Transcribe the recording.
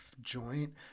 joint